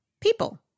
People